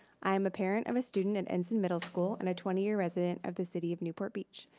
i am a parent of a student at enson middle school and a twenty year resident of the city of newport beach.